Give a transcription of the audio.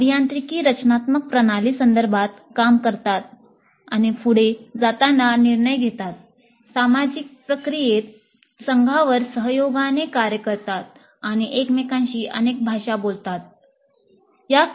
अभियांत्रिकी रचनात्मक प्रणाली संदर्भात काम करतात आणि पुढे जाताना निर्णय घेतात सामाजिक प्रक्रियेत संघांवर सहयोगाने कार्य करतात आणि एकमेकांशी अनेक भाषा बोलतात या डिझाइन भाषा आहेत